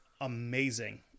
amazing